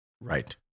Right